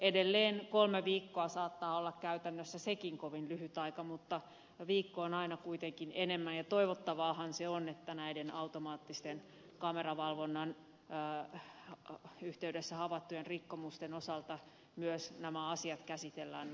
edelleen kolme viikkoa saattaa olla käytännössä sekin kovin lyhyt aika mutta on kuitenkin aina viikko enemmän ja toivottavaahan se on että näiden automaattisen kameravalvonnan yhteydessä havaittujen rikkomusten osalta myös nämä asiat käsitellään